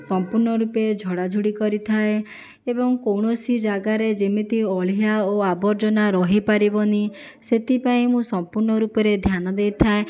ସମ୍ପୂର୍ଣ୍ଣ ରୂପେ ଝଡ଼ାଝଡ଼ି କରିଥାଏ ଏବଂ କୌଣସି ଜାଗାରେ ଯେମିତି ଅଳିଆ ଓ ଆବର୍ଜନା ରହିପାରିବନି ସେଥିପାଇଁ ମୁଁ ସମ୍ପୂର୍ଣ୍ଣ ରୂପରେ ଧ୍ୟାନ ଦେଇଥାଏ